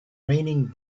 raining